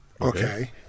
Okay